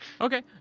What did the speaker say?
Okay